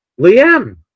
Liam